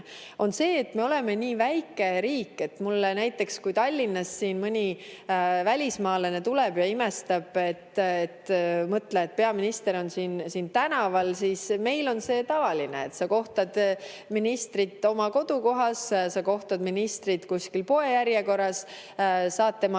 see, et me oleme nii väike riik. Näiteks võib mulle Tallinnas mõni välismaalane vastu tulla ja imestada, et mõtle – peaminister on siin tänaval. Meil on see tavaline, et sa kohtad ministrit oma kodukohas, sa kohtad ministrit kuskil poejärjekorras, saad temaga